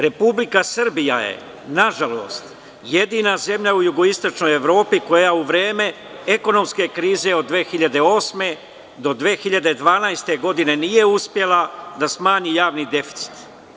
Republika Srbija je, nažalost, jedina zemlja u jugoistočnoj Evropi koja u vreme ekonomske krize od 2008. do 2012. godine nije uspela da smanji javni deficit.